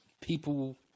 people